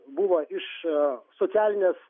buvo iš socialinės